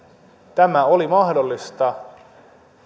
tämä oli mahdollista